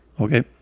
Okay